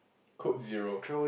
code zero